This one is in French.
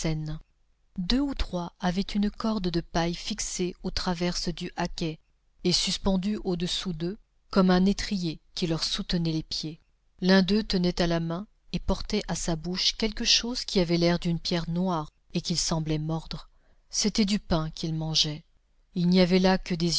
deux ou trois avaient une corde de paille fixée aux traverses du haquet et suspendue au-dessous d'eux comme un étrier qui leur soutenait les pieds l'un d'eux tenait à la main et portait à sa bouche quelque chose qui avait l'air d'une pierre noire et qu'il semblait mordre c'était du pain qu'il mangeait il n'y avait là que des